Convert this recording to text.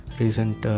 recent